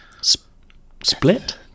Split